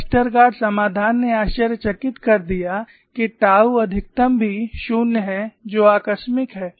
Westergaard समाधान ने आश्चर्यचकित कर दिया कि टाऊ अधिकतम भी 0 है जो आकस्मिक है